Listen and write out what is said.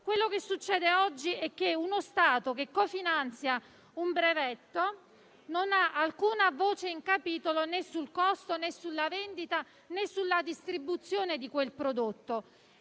produzione. Succede oggi che uno Stato che cofinanzia un brevetto non ha alcuna voce in capitolo né sul costo, né sulla vendita, né sulla distribuzione del prodotto.